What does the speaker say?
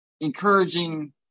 encouraging